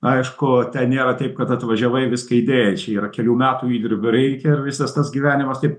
aišku ten nėra taip kad atvažiavai viską įdėjai čia yra kelių metų įdirbio reikia ir visas tas gyvenimas taip